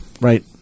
Right